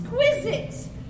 exquisite